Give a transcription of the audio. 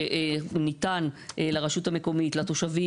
האם ביטול אישורים של גורמים רגולטוריים?